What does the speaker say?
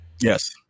Yes